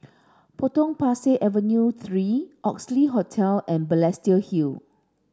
Potong Pasir Avenue three Oxley Hotel and Balestier Hill